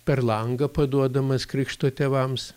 per langą paduodamas krikšto tėvams